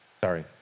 sorry